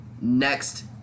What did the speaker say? next